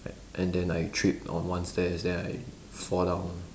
and then I trip on one stairs then I fall down one